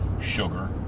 sugar